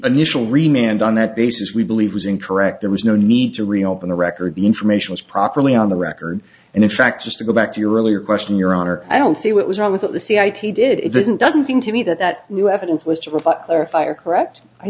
initial remained on that basis we believe was incorrect there was no need to reopen the record the information was properly on the record and in fact just to go back to your earlier question your honor i don't see what was wrong with the c i t did it doesn't doesn't seem to me that that new evidence was to clarify or correct i